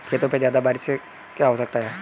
खेतों पे ज्यादा बारिश से क्या हो सकता है?